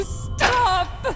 stop